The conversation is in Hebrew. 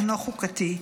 אינו חוקתי,